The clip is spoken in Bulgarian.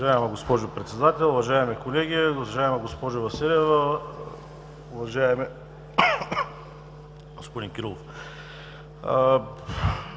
Уважаема госпожо Председател, уважаеми колеги, уважаема госпожо Василева, уважаеми господин Кирилов!